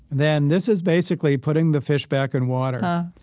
then this is basically putting the fish back in water,